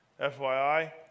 FYI